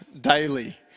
daily